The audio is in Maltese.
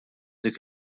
dik